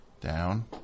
Down